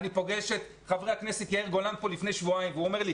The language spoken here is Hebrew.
אני פוגש את חבר הכנסת יאיר גולן פה לפני שבועיים והוא אומר לי,